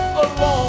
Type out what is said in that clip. alone